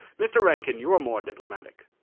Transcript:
mr. rankin, you are more diplomatic.